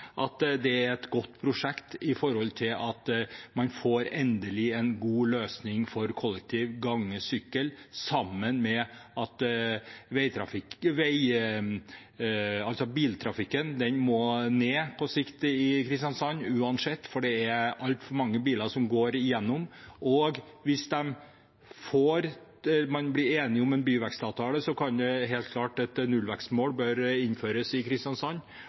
det i Kristiansand, er et godt prosjekt, med tanke på at man endelig får en god løsning for kollektivtrafikk, gange og sykkel. Biltrafikken må ned på sikt i Kristiansand uansett, for det er altfor mange biler som går igjennom, og ved enighet om en byvekstavtale er det helt klart at et nullvekstmål bør innføres i Kristiansand.